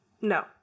No